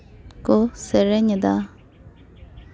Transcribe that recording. ᱠᱚ ᱥᱮᱨᱮᱧ ᱮᱫᱟ